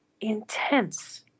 intense